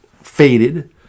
faded